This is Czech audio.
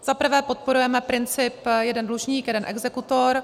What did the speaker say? Za prvé podporujeme princip jeden dlužník jeden exekutor.